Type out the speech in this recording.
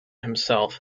himself